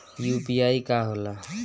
UPI का होला?